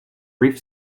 brief